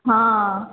हँ